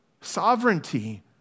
sovereignty